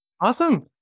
Awesome